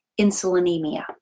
insulinemia